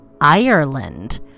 Ireland